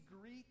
Greek